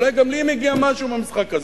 אולי גם לי מגיע משהו מהמשחק הזה?